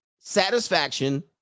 satisfaction